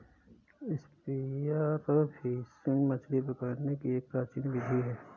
spear fishing मछली पकड़ने की एक प्राचीन विधि है